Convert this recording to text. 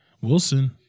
Wilson